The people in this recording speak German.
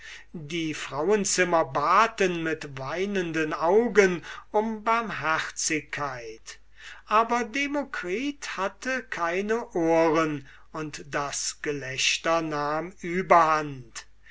die frauenzimmer baten mit weinenden augen um barmherzigkeit aber demokritus hatte keine ohren und das gelächter nahm überhand